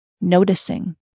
noticing